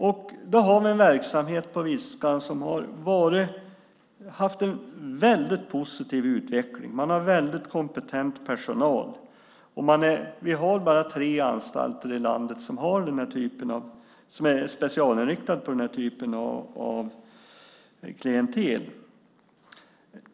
Vi har på Viskan en verksamhet som har haft en väldigt positiv utveckling. Man har väldigt kompetent personal. Vi har bara tre anstalter i landet som är specialinriktade på den här typen av klientel.